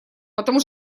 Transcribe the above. потому